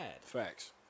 Facts